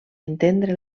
entendre